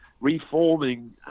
reforming